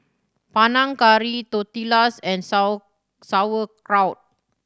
Panang Curry Tortillas and Sauerkraut